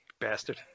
bastard